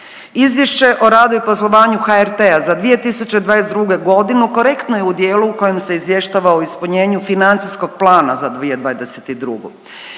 „Izvješće o radu i poslovanju HRT za 2022. godinu korektno je u dijelu u kojem se izvještava u dijelu financijskog plana za 2022. Taj